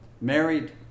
married